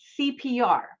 cpr